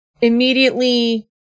immediately